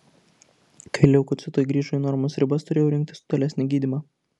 kai leukocitai grįžo į normos ribas turėjau rinktis tolesnį gydymą